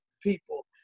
people